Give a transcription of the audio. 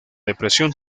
depresión